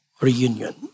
reunion